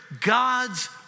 God's